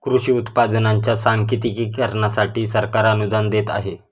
कृषी उत्पादनांच्या सांकेतिकीकरणासाठी सरकार अनुदान देत आहे